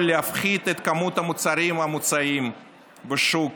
להפחית את כמות המוצרים המוצעים בשוק,